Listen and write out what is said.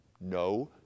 No